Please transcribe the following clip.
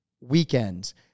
weekends